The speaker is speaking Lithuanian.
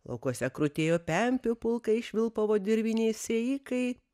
laukuose krutėjo pempių pulkai švilpavo dirviniai sėjikai